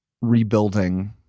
rebuilding